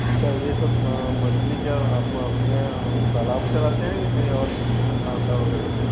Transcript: तो क्या यह सब मछली का आप अपने तालाब से लाते हैं या कहीं और से वगैहरा से